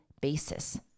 basis